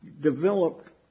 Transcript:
developed